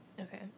Okay